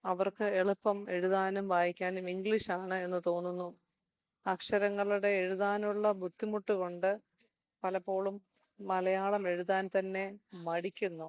അവർക്ക് എളുപ്പം എഴുതാനും വായിക്കാനും ഇംഗ്ലീഷാണ് എന്ന് തോന്നുന്നു അക്ഷരങ്ങളുടെ എഴുതാനുള്ള ബുദ്ധിമുട്ടുകൊണ്ട് പലപ്പോഴും മലയാളം എഴുതാൻ തന്നെ മടിക്കുന്നു